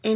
N